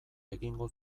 egingo